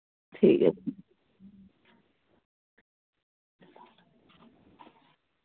ठीक ऐ